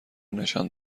نشان